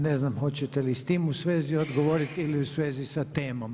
Ne znam hoćete li s tim u svezi odgovoriti ili u svezi sa temom.